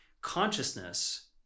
consciousness